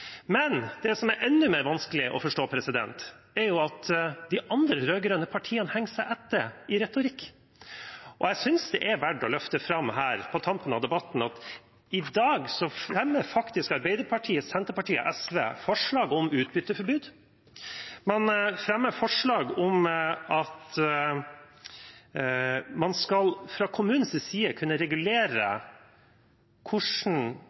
Men det som er enda mer vanskelig å forstå, er at de andre rød-grønne partiene henger seg på i retorikk. Jeg synes det er verdt å løfte fram her, på tampen av debatten, at i dag fremmer faktisk Arbeiderpartiet, Senterpartiet og SV forslag om utbytteforbud. Man fremmer forslag om at man fra kommunens side skal kunne regulere